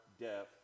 death